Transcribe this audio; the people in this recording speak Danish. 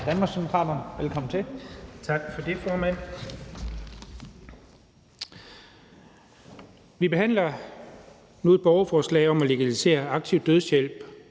Vi behandler nu et borgerforslag om at legalisere aktiv dødshjælp,